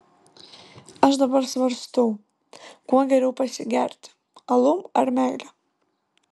aš dabar svarstau kuo geriau pasigerti alum ar meile